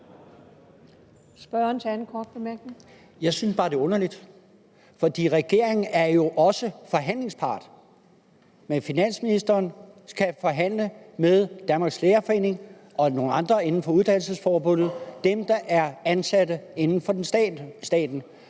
Jeg synes bare, det er underligt, for regeringen er jo også forhandlingspart. Finansministeren skal forhandle med Danmarks Lærerforening og nogle andre inden for Uddannelsesforbundet, dem, der er ansat inden for staten.